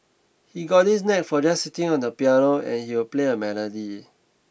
he's got this knack for just sitting on the piano and he will play a melody